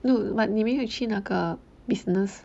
no but 你没有去那个 business